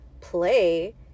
play